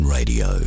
Radio